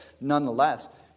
nonetheless